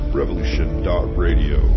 revolution.radio